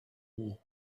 war